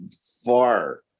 far